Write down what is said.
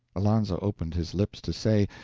alonzo opened his lips to say,